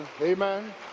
Amen